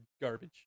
garbage